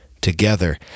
together